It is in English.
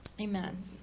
amen